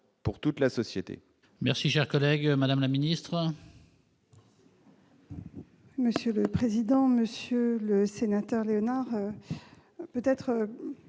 pour toute la société